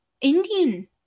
indian